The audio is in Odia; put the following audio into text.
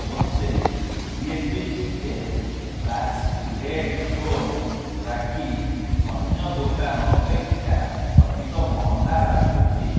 ମୋତେ creative space classic red stone rakhi ଅନ୍ୟ ଦୋକାନ ଅପେକ୍ଷା ଅଧିକ ମହଙ୍ଗା ଲାଗୁଛି